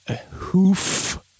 hoof